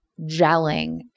gelling